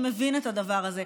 שמבין את הדבר הזה: